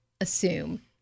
assume